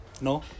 no